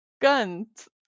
guns